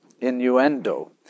innuendo